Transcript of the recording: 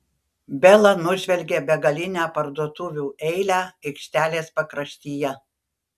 bela nužvelgė begalinę parduotuvių eilę aikštelės pakraštyje